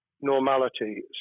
normality